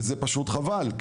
וזה פשוט חבל,